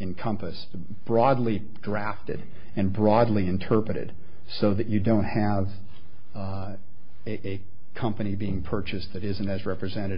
encompass broadly drafted and broadly interpreted so that you don't have a company being purchased that isn't as represent